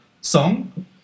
song